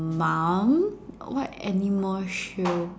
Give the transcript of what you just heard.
mom what animal she'll